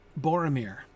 Boromir